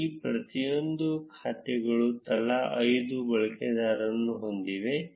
ಈ ಪ್ರತಿಯೊಂದು ಖಾತೆಗಳು ತಲಾ ಐದು ಬಳಕೆದಾರರನ್ನು ಹೊಂದಿವೆ